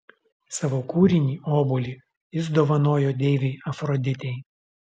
savo kūrinį obuolį jis dovanojo deivei afroditei